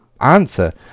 answer